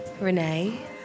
Renee